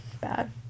Bad